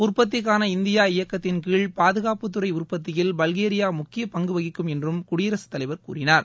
உற்பத்திக்கான இந்தியா இயக்கத்தின்கீழ் பாதுகாப்புத்துறை உற்பத்தியில் பல்கேரியா முக்கிய பங்கு வகிக்கும் என்றும் குடியரசுத்தலைவர் கூறினார்